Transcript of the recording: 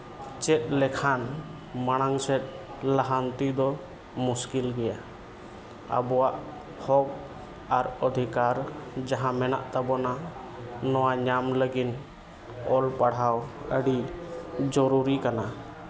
ᱵᱟᱝ ᱪᱮᱫ ᱞᱮᱠᱷᱟᱱ ᱢᱟᱲᱟᱝ ᱥᱮᱫ ᱞᱟᱦᱟᱱᱛᱤ ᱫᱚ ᱢᱩᱥᱠᱤᱞ ᱜᱮᱭᱟ ᱟᱵᱚᱣᱟᱜ ᱦᱚᱠ ᱟᱨ ᱚᱫᱷᱤᱠᱟᱨ ᱡᱟᱦᱟᱸ ᱢᱮᱱᱟᱜᱼᱟ ᱛᱟᱵᱚᱱᱟ ᱱᱚᱣᱟ ᱧᱟᱢ ᱞᱟᱹᱜᱤᱫ ᱚᱞ ᱯᱟᱲᱦᱟᱣ ᱟᱹᱰᱤ ᱡᱚᱨᱩᱨᱤ ᱠᱟᱱᱟ